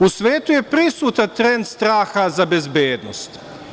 U svetu je prisutan trend straha za bezbednost.